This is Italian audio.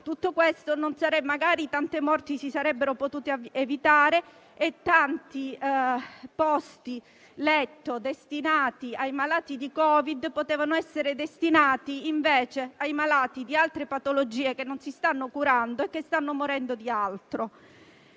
di cure domiciliari, magari tante morti si sarebbero potute evitare e tanti posti letto, destinati ai malati di Covid, si sarebbero potuti destinare invece ai malati di altre patologie, che non si stanno curando e che stanno morendo di altro.